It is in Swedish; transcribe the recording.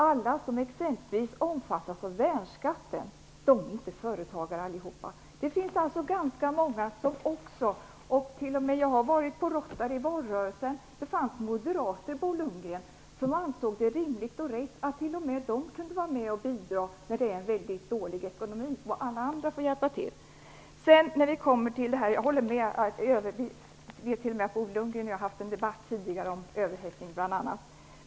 Alla som omfattas av värnskatten är väl inte alla företagare? Det finns ganska många moderater, Bo Lundgren, - t.o.m. jag har besökt Rotary under valrörelsen - som anser det både rimligt och rätt att de kan vara med och bidra när ekonomiska läget är dåligt. Alla får hjälpa till. Jag vet att Bo Lundgren och jag har debatterat frågan om överhettning tidigare.